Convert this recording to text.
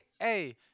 Hey